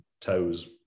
toes